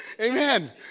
Amen